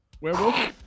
Werewolf